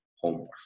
homework